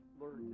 learned